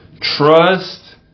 Trust